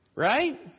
Right